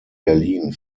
berlin